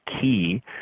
key